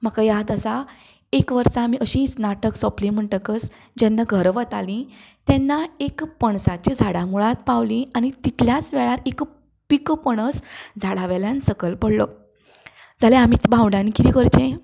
म्हाका याद आसा एका वर्सा आमी अशीच नाटक सोपलें म्हणटकच जेन्ना घरा वतालीं तेन्ना एका पणसाच्या झाडा मुळांत पावलीं आनी तितल्याच वेळार एक पिको पणस झाडा वयल्यान सकयल पडलो जाल्यार आमीं भावडांनी कितें करचें